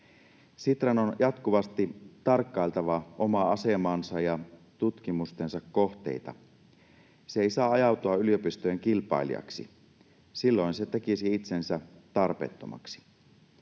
Sitran on jatkuvasti tarkkailtava omaa asemaansa ja tutkimustensa kohteita. Se ei saa ajautua yliopistojen kilpailijaksi. Silloin se tekisi itsensä tarpeettomaksi.